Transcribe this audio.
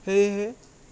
সেয়েহে